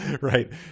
Right